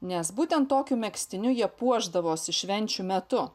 nes būtent tokiu megztiniu jie puošdavos švenčių metu